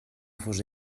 fos